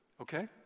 Okay